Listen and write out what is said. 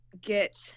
get